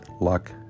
luck